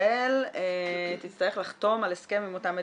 ישראל תצטרך לחתום על הסכם עם אותה מדינה.